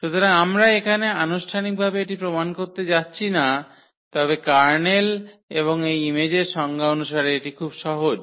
সুতরাং আমরা এখানে আনুষ্ঠানিকভাবে এটি প্রমাণ করতে যাচ্ছি না তবে কার্নেল এবং এই ইমেজের সংজ্ঞা অনুসারে এটি খুব সহজ